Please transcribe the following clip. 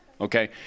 okay